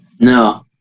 No